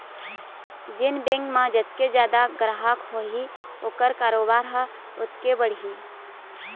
जेन बेंक म जतके जादा गराहक होही ओखर कारोबार ह ओतके बढ़ही